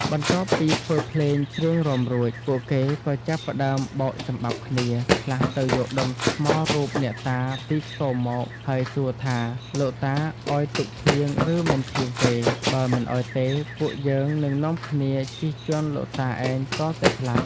បន្ទាប់ពីធ្វើភ្លេង ច្រៀងរាំរួច ពួកគេក៏ចាប់ផ្ដើមបោកចំបាប់គ្នា ខ្លះទៅយកដុំថ្មរូបអ្នកតាពីខ្ទមមក ហើយសួរថា «លោកតាឲ្យទឹកភ្លៀងឬមិនភ្លៀងទេ បើមិនឲ្យទេ ពួកយើងនឹងនាំគ្នាជិះជាន់លោកតាឯងទាល់តែស្លាប់»។